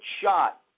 shot